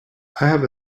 have